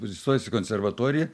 įstojęs į konservatoriją